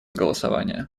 голосования